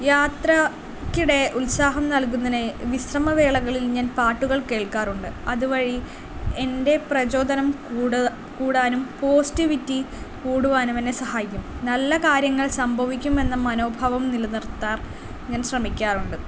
യാത്രക്കിടെ ഉത്സാഹം നൽകുന്നതിനെ വിശ്രമവേളകളിൽ ഞാൻ പാട്ടുകൾ കേൾക്കാറുണ്ട് അതുവഴി എൻ്റെ പ്രചോദനം കൂടും കൂടാനും പോസിറ്റിവിറ്റി കൂടുവാനും എന്നെ സഹായിക്കും നല്ല കാര്യങ്ങൾ സംഭവിക്കുമെന്ന മനോഭവം നിലനിർത്താർ ഞാൻ ശ്രമിക്കാറുണ്ട്